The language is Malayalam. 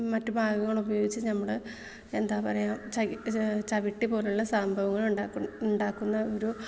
മറ്റു ഭാഗങ്ങൾ ഉപയോഗിച്ച് നമ്മൾ എന്താണ് പറയുക ചവിട്ടി പോലുള്ള സംഭവങ്ങൾ ഉണ്ടാക്കുന്ന ഉണ്ടാക്കുന്ന ഒരു